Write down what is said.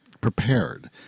prepared